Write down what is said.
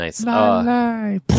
nice